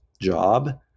job